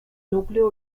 núcleo